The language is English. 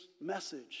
message